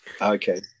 Okay